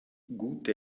gute